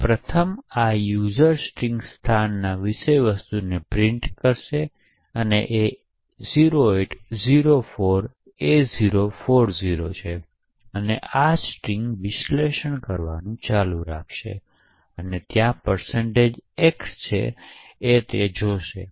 તે પ્રથમ આ user string સ્થાનના વિષયવસ્તુ પ્રિન્ટ કરશે અને એ 0804a040 છે અને તે આ સ્ટ્રિંગને વિશ્લેષણ કરવાનું ચાલુ રાખશે અને ત્યાં x છે તે જોશે